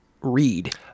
read